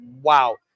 wow